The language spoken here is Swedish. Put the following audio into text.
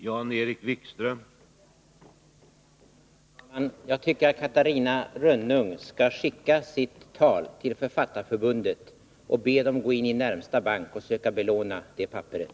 Herr talman! Jag tycker att Catarina Rönnung skall skicka sitt tal till Författarförbundet och be dem gå in i närmaste bank och försöka belåna det papperet.